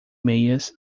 meias